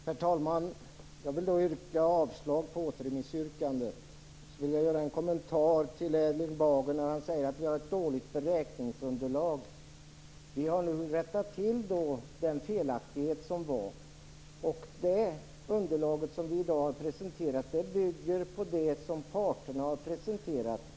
Herr talman! Jag vill yrka avslag på återremissyrkandet. Dessutom vill jag kommentera det Erling Bager säger om att vi har ett dåligt beräkningsunderlag. Vi har nu rättat till den felaktighet som fanns. Det underlag som vi i dag har presenterat bygger på det som parterna har lagt fram.